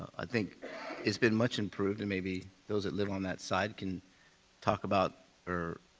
i think it's been much-improved and maybe those that live on that side can talk about or